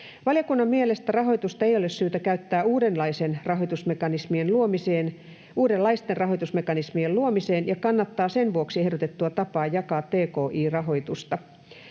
”Valiokunnan mielestä rahoitusta ei ole syytä käyttää uudenlaisten rahoitusmekanismien luomiseen ja kannattaa sen vuoksi ehdotettua tapaa jakaa tki-rahoitusta.